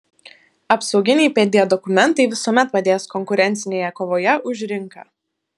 apsauginiai pd dokumentai visuomet padės konkurencinėje kovoje už rinką